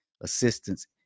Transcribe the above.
assistance